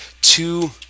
two